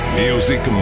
music